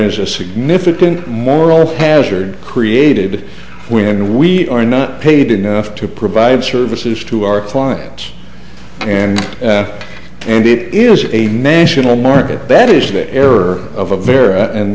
is a significant moral hazard created when we are not paid enough to provide services to our clients and and it is a mansion and market bet is the error of a vera and